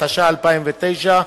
התש"ע 2009,